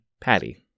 Patty